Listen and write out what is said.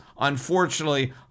Unfortunately